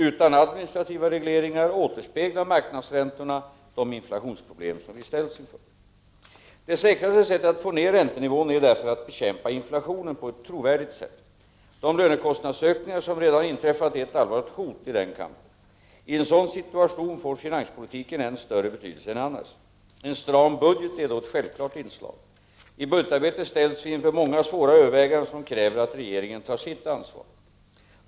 Utan administrativa regleringar återspeglar marknadsräntorna de inflationsproblem som vi ställs inför. Det säkraste sättet att få ned räntenivån är att bekämpa inflationen på ett trovärdigt sätt. De lönekostnadsökningar som redan har inträffat är ett allvarligt hot i den kampen. I en sådan situation får finanspolitiken en större betydelse än annars. En stram budget är då ett självklart inslag. I budgetarbetet ställs vi inför många svåra överväganden som kräver att regeringen tar sitt ansvar.